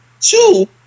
two